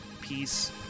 Peace